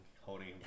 holding